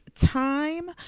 time